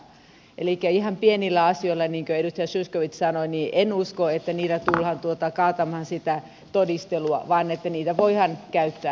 elikkä en usko että ihan pienillä asioilla niin kuin edustaja zyskowicz sanoi tullaan kaatamaan sitä todistelua vaan niitä voidaan käyttää